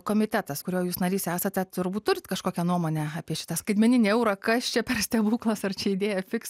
komitetas kurio jūs narys esate turbūt turit kažkokią nuomonę apie šitą skaitmeninį eurą kas čia per stebuklas ar čia idėja fiks